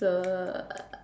so um